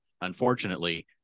unfortunately